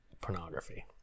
pornography